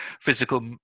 physical